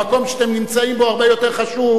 המקום שאתם נמצאים בו הרבה יותר חשוב,